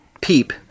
Peep